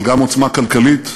אבל גם עוצמה כלכלית,